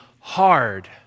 hard